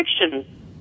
fiction